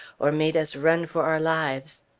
or made us run for our lives.